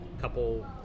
couple